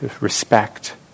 respect